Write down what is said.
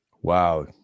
Wow